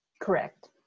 Correct